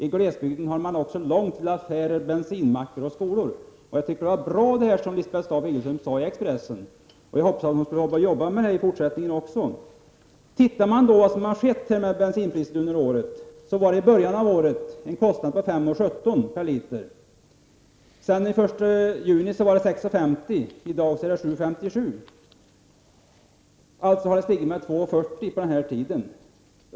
I glesbygden har man också långt till affärer, bensinmackar och skolor. Jag tycker att det Lisbeth Staaf-Igelström skrev i Expressen var bra. Jag hoppas att hon skall arbeta med frågan i fortsättningen också. Tittar man på vad som har skett med bensinpriset under året ser man att det i början av året gällde en kostnad på 5:17 kr. per liter. Den 1 juni var det 6:50 kr. och i dag är det 7:57 kr. Alltså har priset stigit med 2:40 kr. på den här tiden.